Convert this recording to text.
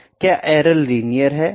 क्या error linear है